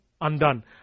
undone